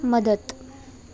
मदत